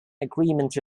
agreement